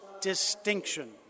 distinction